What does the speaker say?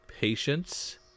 Patience